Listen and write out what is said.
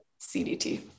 CDT